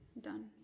done